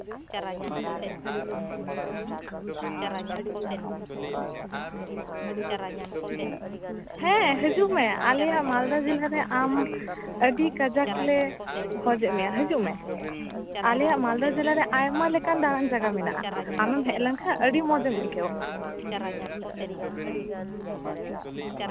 ᱦᱮᱸ ᱦᱟᱹᱡᱩᱜ ᱢᱮ ᱟᱞᱮᱭᱟᱜ ᱢᱟᱞᱫᱟ ᱡᱮᱞᱟ ᱨᱮ ᱟᱢ ᱟᱹᱰᱤ ᱠᱟᱡᱟᱠ ᱞᱮ ᱠᱷᱚᱡᱮᱫ ᱢᱮᱭᱟ ᱦᱟᱹᱡᱩᱜ ᱢᱮ ᱟᱞᱮᱭᱟᱜ ᱢᱟᱞᱫᱟ ᱡᱮᱞᱟ ᱨᱮᱟᱭᱢᱟ ᱞᱮᱠᱟᱱ ᱫᱟᱬᱟᱱ ᱡᱟᱭᱜᱟ ᱢᱮᱱᱟᱜᱼᱟ ᱟᱢᱮᱢ ᱦᱮᱡ ᱞᱮᱱ ᱛᱷᱟᱡ ᱟᱹᱰᱤ ᱢᱚᱡᱽ ᱮᱢ ᱟᱹᱭᱠᱟᱹᱣᱟ